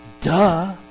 duh